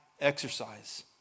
exercise